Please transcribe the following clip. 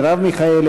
מרב מיכאלי,